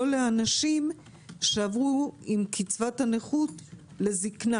לאנשים שעברו עם קצבת הנכות לקצבת זקנה